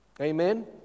Amen